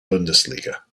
bundesliga